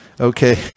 Okay